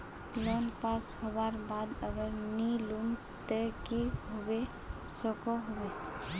Loan pass होबार बाद अगर नी लुम ते की होबे सकोहो होबे?